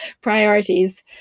Priorities